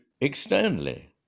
externally